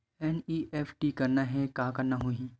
NEFT करना हे का करना होही?